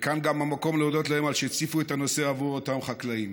וכאן גם המקום להודות להם על שהציפו את הנושא בעבור אותם חקלאים,